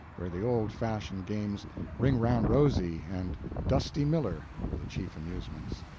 where the old-fashioned games ring-around-rosy and dusty miller were the chief amusements.